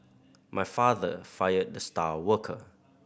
my father fired the star worker